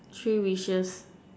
three wishes